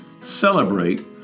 celebrate